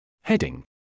Heading